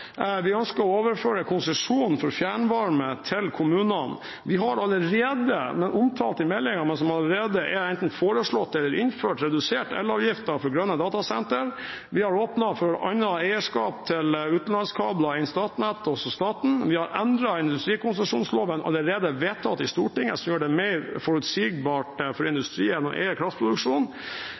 Vi ønsker å overføre konsesjon for fjernvarme til kommunene. Vi har allerede – som er omtalt i meldingen, men som allerede enten er foreslått eller innført – redusert elavgiften for grønne datasentre. Vi har åpnet for annet eierskap til utenlandskabler enn Statnett og staten. Vi har endret industrikonsesjonsloven, allerede vedtatt i Stortinget, som gjør det mer forutsigbart for industrien å eie kraftproduksjon.